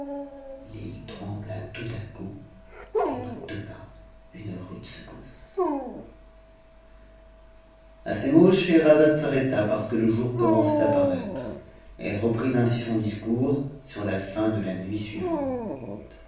l'île trembla tout à coup et nous donna une rude secousse a ces mots scheherazade s'arrêta parce que le jour commençait à t'm'a n e ei e reprit ainsi son discours sur la fin de la nuit suivante